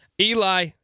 Eli